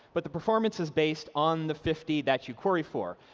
but the performance is based on the fifty that you query for.